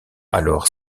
alors